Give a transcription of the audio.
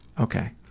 Okay